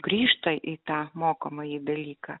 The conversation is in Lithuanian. grįžta į tą mokomąjį dalyką